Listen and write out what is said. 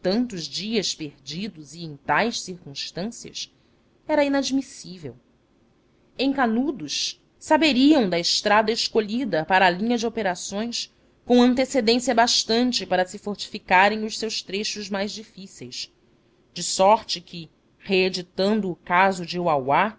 tantos dias perdidos e em tais circunstâncias era inadmissível em canudos saberiam da estrada escolhida para linha de operações com antecedência bastante para se fortificarem os seus trechos mais difíceis de sorte que reeditando o caso de uauá